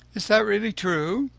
is that really true?